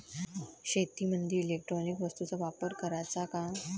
शेतीमंदी इलेक्ट्रॉनिक वस्तूचा वापर कराचा का?